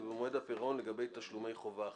ובמועד הפירעון לגבי תשלומי חובה אחרים."